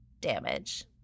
damage